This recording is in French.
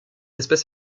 espèce